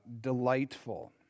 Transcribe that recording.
Delightful